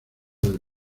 del